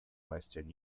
western